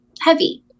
heavy